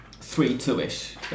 three-two-ish